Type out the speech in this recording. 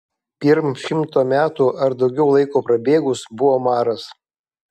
pirm šimto metų ar daugiau laiko prabėgus buvo maras